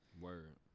Word